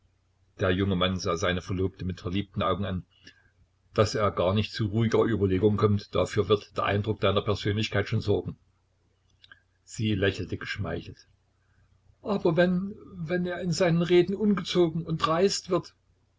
der junge mann sah seine verlobte mit verliebten augen an daß er gar nicht zu ruhiger überlegung kommt dafür wird der eindruck deiner persönlichkeit schon sorgen sie lächelte geschmeichelt aber wenn wenn er in seinen reden ungezogen und dreist wird